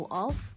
off